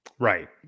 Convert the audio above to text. Right